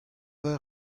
eur